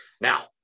Now